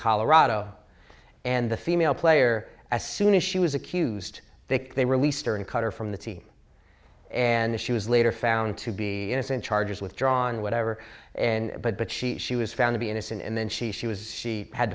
colorado and the female player as soon as she was accused they they released her and cut her from the team and she was later found to be innocent charges withdrawn whatever and but she was found to be innocent and then she she was she had